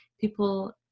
people